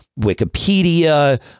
Wikipedia